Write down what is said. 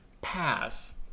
Pass